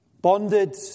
bonded